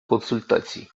консультацій